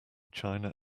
china